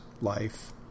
life